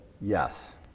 Yes